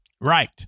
Right